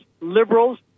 Liberals